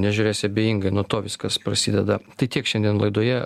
nežiūrės ebejingai nuo to viskas prasideda tai tiek šiandien laidoje